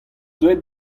deuet